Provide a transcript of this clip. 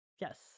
Yes